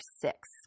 six